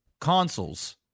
consoles